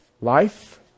life